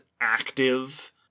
active